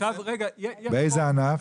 באיזה ענף?